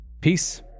Peace